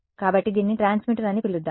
కాబట్టి దీనిని ట్రాన్స్మిటర్ అని పిలుద్దాం